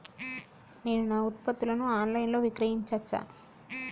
నేను నా ఉత్పత్తులను ఆన్ లైన్ లో విక్రయించచ్చా?